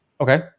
Okay